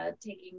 taking